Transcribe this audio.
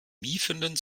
miefenden